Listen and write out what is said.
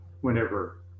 whenever